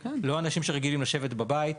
לא אנשים שרגילים לשבת בבית,